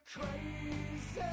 Crazy